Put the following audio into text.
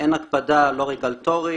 אין הקפדה, לא רגולטורית.